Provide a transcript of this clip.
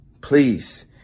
please